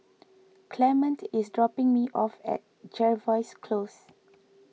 Clement is dropping me off at Jervois Close